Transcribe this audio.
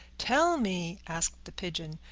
tell me, asked the pigeon,